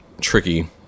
tricky